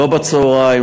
לא בצהריים,